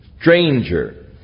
stranger